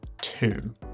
two